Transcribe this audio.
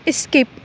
skip